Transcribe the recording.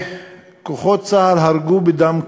וכוחות צה"ל הרגו בדם קר,